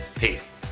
peace